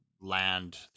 land